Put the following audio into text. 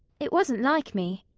it wasn't like me.